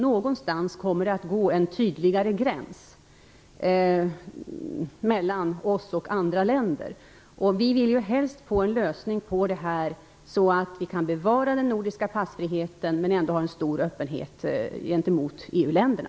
Någonstans kommer det att gå en tydligare gräns mellan oss och andra länder. Vi vill ju helst få en sådan lösning att vi kan bevara den nordiska passfriheten och ändå ha en stor öppenhet gentemot EU-länderna.